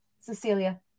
Cecilia